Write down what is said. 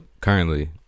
currently